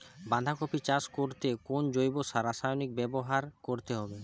বাঁধাকপি চাষ করতে কোন জৈব রাসায়নিক ব্যবহার করতে হবে?